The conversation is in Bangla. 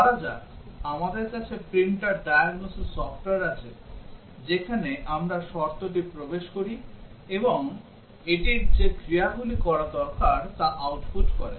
ধরা যাক আমাদের কাছে প্রিন্টার ডায়াগনোসিস সফটওয়্যার আছে যেখানে আমরা শর্তটি প্রবেশ করি এবং এটির যে ক্রিয়াগুলি করা দরকার তা আউটপুট করে